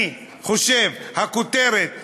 אני חושב: הכותרת טובה,